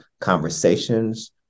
conversations